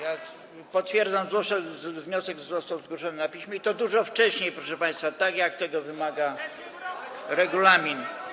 Tak, potwierdzam, wniosek został zgłoszony na piśmie, i to dużo wcześniej, proszę państwa, tak jak tego wymaga regulamin.